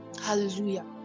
Hallelujah